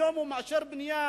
היום הוא מאשר בנייה